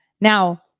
Now